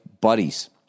buddies